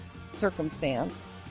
circumstance